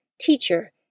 Teacher